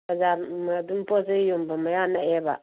ꯕꯖꯥꯔ ꯑꯗꯨꯝ ꯄꯣꯠ ꯆꯩ ꯌꯣꯟꯐꯝ ꯃꯌꯥ ꯅꯛꯑꯦꯕ